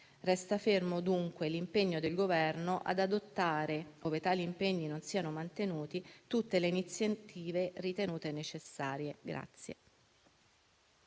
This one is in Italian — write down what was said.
Resta fermo, dunque, l'impegno del Governo ad adottare, ove tali impegni non siano mantenuti, tutte le iniziative ritenute necessarie.